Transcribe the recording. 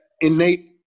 innate